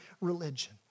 religion